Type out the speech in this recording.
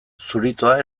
zuritoa